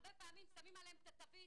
הרבה פעמים שמים עליהם את התווית,